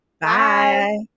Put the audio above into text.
bye